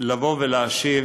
להשיב